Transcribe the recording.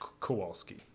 Kowalski